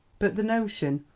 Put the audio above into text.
but the notion,